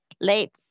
late